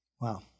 Wow